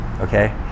okay